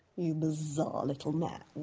you bizarre little man.